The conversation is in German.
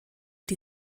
die